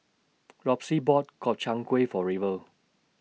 Lossie bought Gobchang Gui For River